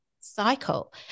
cycle